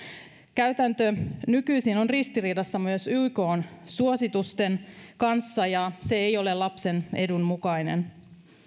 käytäntö nykyisin on ristiriidassa myös ykn suositusten kanssa ja se ei ole lapsen edun mukainen